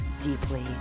deeply